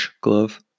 Glove